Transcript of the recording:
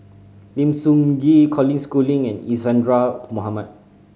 Lim Sun Gee Colin Schooling and Isadhora Mohamed